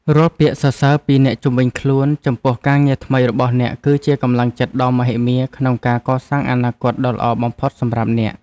រាល់ពាក្យសរសើរពីអ្នកជុំវិញខ្លួនចំពោះការងារថ្មីរបស់អ្នកគឺជាកម្លាំងចិត្តដ៏មហិមាក្នុងការកសាងអនាគតដ៏ល្អបំផុតសម្រាប់អ្នក។